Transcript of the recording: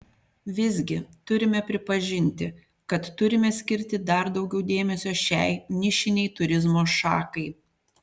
visgi turime pripažinti kad turime skirti dar daugiau dėmesio šiai nišinei turizmo šakai